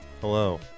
Hello